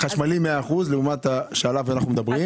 חשמלי 100% לעומת מה שעליו אנחנו מדברים.